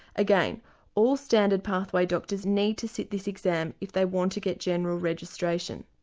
again all standard pathway doctors need to sit this exam if they want to get general registration.